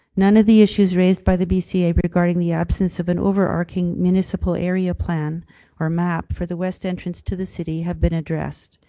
none of the issues raised by the bca but regarding the absence of an overarcing municipal area plan or map for the west entrance to the city has been addressed.